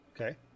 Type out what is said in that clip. okay